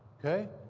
ok?